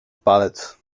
palec